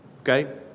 okay